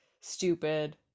stupid